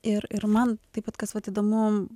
ir ir man taip pat kas vat įdomu